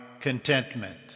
contentment